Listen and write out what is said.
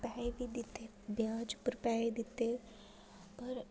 पैसे बी दित्ते ब्याज उप्पर पैसे दित्ते पर